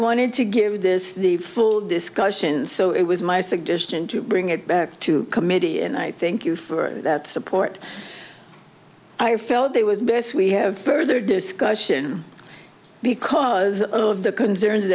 wanted to give this the full discussion so it was my suggestion to bring it back to committee and i thank you for that support i felt it was best we have further discussion because of the concerns that